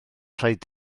rhaid